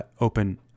open